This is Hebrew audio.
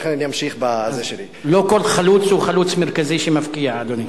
לא כל חלוץ הוא חלוץ מרכזי שמבקיע, אדוני.